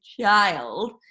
child